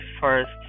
first